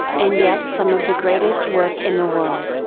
and yet some of the greatest work in the world,